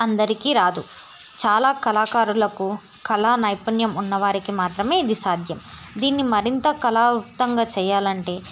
అందరికి రాదు చాలా కళాకారులకు కళా నైపుణ్యం ఉన్నవారికి మాత్రమే ఇది సాధ్యం దీన్ని మరింత కళావృత్తంగా చేయాలి అంటే